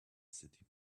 city